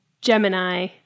Gemini